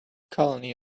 colony